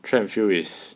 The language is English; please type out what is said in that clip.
track and field is